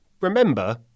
remember